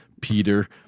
Peter